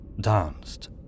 danced